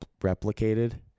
replicated